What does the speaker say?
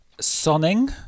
Sonning